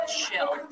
chill